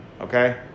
Okay